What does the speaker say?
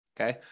Okay